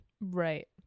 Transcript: Right